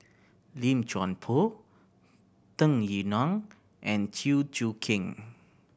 Lim Chuan Poh Tung Yue Nang and Chew Choo Keng